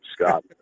Scott